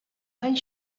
anys